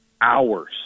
hours